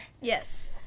Yes